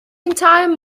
entire